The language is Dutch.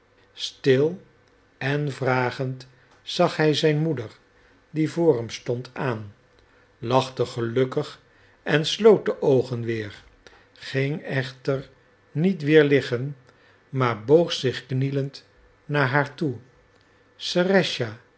stil en vragend zag hij zijn moeder die voor hem stond aan lachte gelukkig en sloot de oogen weer ging echter niet weer liggen maar boog zich knielend naar haar toe